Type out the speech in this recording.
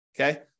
Okay